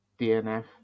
DNF